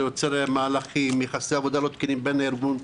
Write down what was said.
זה יוצר יחסי עבודה לא תקינים בין הנכים לארגון,